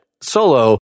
solo